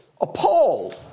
appalled